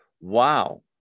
wow